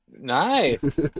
Nice